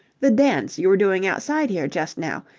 the dance you were doing outside here just now.